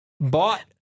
Bought